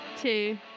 Two